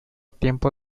tiempo